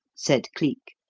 said cleek.